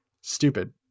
stupid